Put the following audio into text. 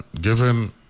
Given